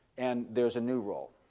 and there's a new role.